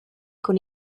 con